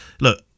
look